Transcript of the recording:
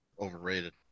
overrated